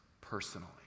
personally